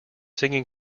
singing